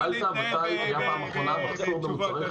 שאלת מתי הייתה הפעם האחרונה מחסור במוצרי חלב.